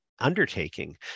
undertaking